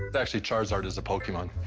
actually, charizard is a pokemon.